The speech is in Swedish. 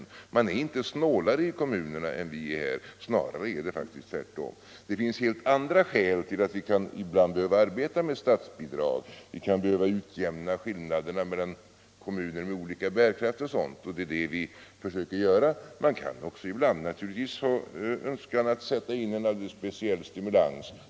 Kommunerna är inte snålare än vi i riksdagen. Snarare är det tvärtom. Det finns helt andra skäl till att vi ibland kan behöva arbeta med statsbidrag. Vi kan t.ex. behöva utjämna skillnader mellan kommuner med olika bärkraft eller vilja sätta in en alldeles speciell stimulans.